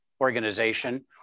organization